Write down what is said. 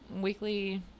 weekly